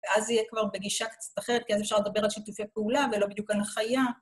ואז זה יהיה כבר בגישה קצת אחרת, כי אז אפשר לדבר על שיתופי פעולה ולא בדיוק על הנחיה.